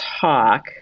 Talk